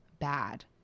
bad